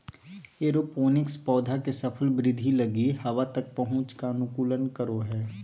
aeroponics पौधा के सफल वृद्धि लगी हवा तक पहुंच का अनुकूलन करो हइ